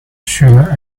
sure